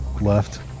left